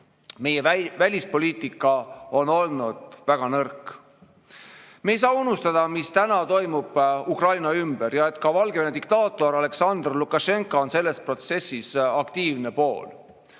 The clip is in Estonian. Meie välispoliitika on olnud väga nõrk. Me ei saa unustada, mis toimub Ukraina ümber ja et ka Valgevene diktaator Aljaksandr Lukašenka on selles protsessis aktiivne pool.